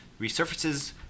resurfaces